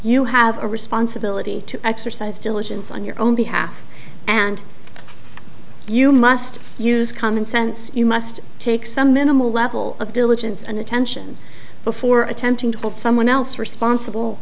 you have a responsibility to exercise diligence on your own behalf and you must use common sense you must take some minimal level of diligence and attention before attempting to hold someone else responsible